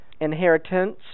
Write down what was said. inheritance